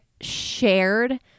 shared